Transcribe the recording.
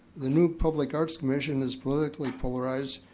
the new public arts commission is politically polarized,